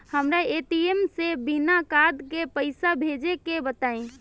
हमरा ए.टी.एम से बिना कार्ड के पईसा भेजे के बताई?